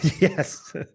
Yes